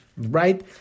Right